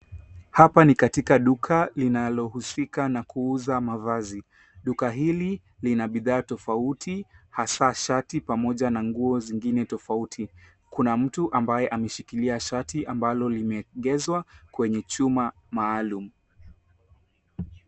Hapa ni katika duka linalohusika na kuuza mavazi. Duka hili lina bidhaa tofauti hasaa shati pamoja na nguo zingine tofauti. Kuna mtu amabye ameshikilia shati ambalo limeegezwa kwenye chuma maalum.